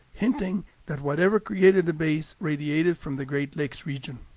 hinting that whatever created the bays radiated from the great lakes region